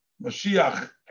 Mashiach